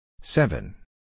Seven